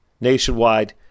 nationwide